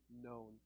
known